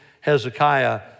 Hezekiah